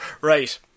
Right